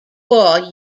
ball